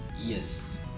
Yes